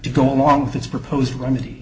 to go along with this proposed remedy